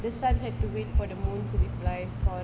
the sun had to wait for the moon to reply